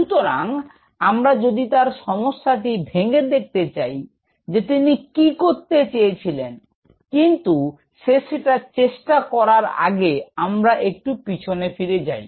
সুতরাং আমরা যদি তাঁর সমস্যাটি ভেঙে দেখতে চাই যে তিনি কি করতে চেয়েছিলেন কিন্তু সে চেষ্টা করার আগে আমরা একটু পিছনে ফিরে যাই